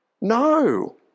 No